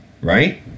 right